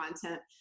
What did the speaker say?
content